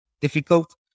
difficult